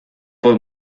por